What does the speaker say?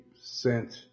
sent